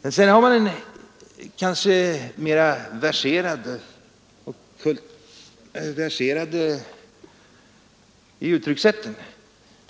Men sedan finns det också en i uttryckssätten kanske mera verserad